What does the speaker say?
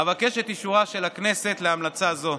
אבקש את אישורה של הכנסת להמלצה זו.